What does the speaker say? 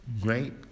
great